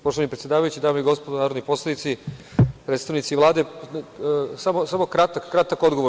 Poštovani predsedavajući, dame i gospodo narodni poslanici, predstavnici Vlade, samo kratak odgovor.